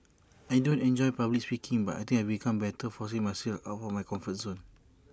I don't enjoy public speaking but I think I've become better forcing myself out of my comfort zone